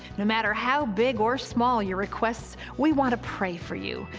no matter how big or small your requests, we want to pray for you.